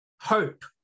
hope